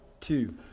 two